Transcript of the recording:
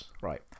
Right